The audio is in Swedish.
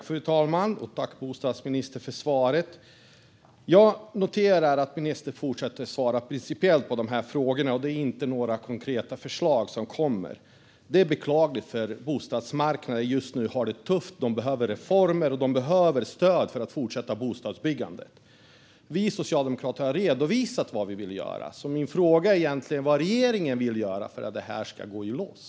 Fru talman! Tack, bostadsministern, för svaret! Jag noterar att ministern fortsätter att svara principiellt på de här frågorna. Det är inga konkreta förslag som kommer. Det är beklagligt, för bostadsmarknaden har det tufft just nu. Det behövs reformer, och det behövs stöd för att bostadsbyggandet ska kunna fortsätta. Vi socialdemokrater har redovisat vad vi vill göra. Min fråga är: Vad vill regeringen göra för att detta ska gå i lås?